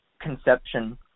conception